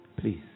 please